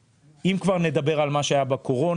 אם כבר מדברים על מה שהיה בקורונה,